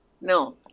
No